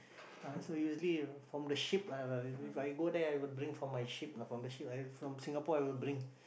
uh so usually if from the ship uh If I go there I would bring from my ship ah from the ship uh from Singapore I would bring